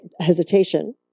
hesitation